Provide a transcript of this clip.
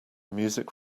music